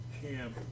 camp